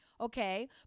okay